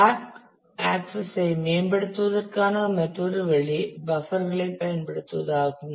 black access ஐ மேம்படுத்துவதற்கான மற்றொரு வழி பஃப்பர் களைப் பயன்படுத்துவதாகும்